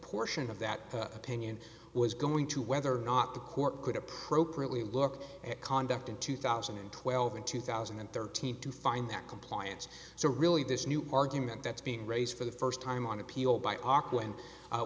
portion of that opinion was going to whether or not the court could appropriately look at conduct in two thousand and twelve and two thousand and thirteen to find that compliance so really this new argument that's been raised for the first time on appeal